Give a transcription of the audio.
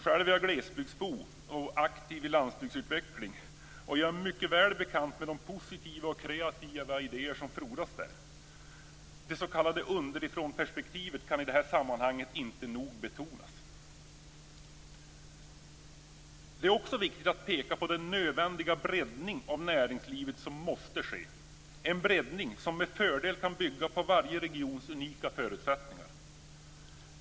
Själv är jag glesbygdsbo och aktiv i fråga om landsbygdsutveckling, och jag är mycket väl bekant med de positiva och kreativa idéer som frodas där. Det s.k. underifrånperspektivet kan i det sammanhanget inte nog betonas. Det är också viktigt att peka på den nödvändiga breddning av näringslivet som måste ske, en breddning som med fördel kan bygga på varje regions unika förutsättningar.